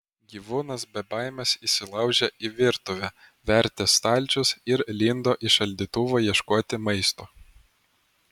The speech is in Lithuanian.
gyvūnas be baimės įsilaužė į virtuvę vertė stalčius ir lindo į šaldytuvą ieškoti maisto